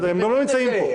הם גם לא נמצאים פה.